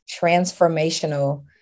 transformational